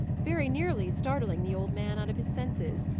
very nearly startling the old man out of his senses,